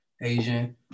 Asian